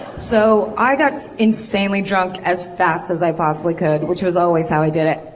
so, i got insanely drunk as fast as i possibly could. which was always how i did it.